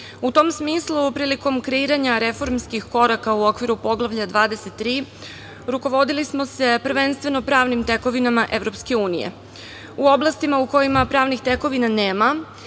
tom smislu, prilikom kreiranja reformskih koraka u okviru Poglavlja 23, rukovodili smo se prvenstveno pravnim tekovinama EU. U oblastima u kojima pravnih tekovina nema